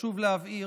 חשוב להבהיר,